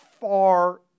far